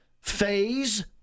phase